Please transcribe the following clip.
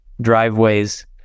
driveways